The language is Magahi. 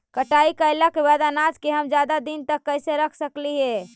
कटाई कैला के बाद अनाज के हम ज्यादा दिन तक कैसे रख सकली हे?